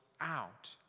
out